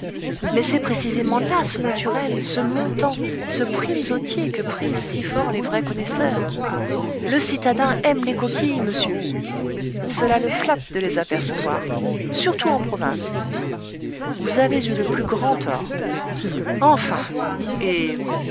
mais c'est précisément là ce naturel ce montant ce primesautier que prisent si fort les vrais connaisseurs le citadin aime les coquilles monsieur cela le flatte de les apercevoir surtout en province vous avez eu le plus grand tort enfin et